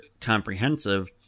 comprehensive